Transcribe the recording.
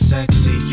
Sexy